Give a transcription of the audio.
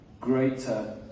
greater